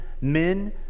men